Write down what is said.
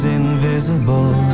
invisible